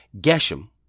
Geshem